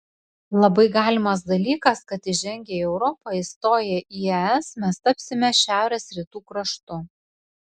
labai galimas dalykas kad įžengę į europą įstoję į es mes tapsime šiaurės rytų kraštu